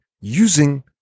using